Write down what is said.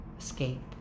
escape